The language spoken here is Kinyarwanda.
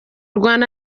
rwanda